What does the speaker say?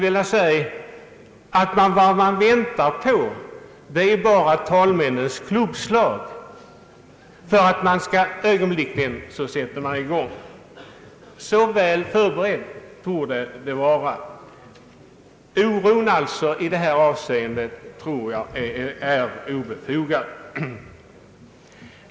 Vad man väntar på är egentligen bara talmännens klubbslag för att man ögonblickligen skall sätta i gång. Så väl förberett torde det hela vara. Därför anser jag att oron i detta avseende är obefogad.